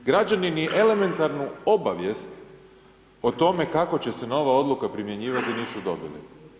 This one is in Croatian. Građanini elementarnu obavijest o tome kako će se nova odluka primjenjivati nisu dobili.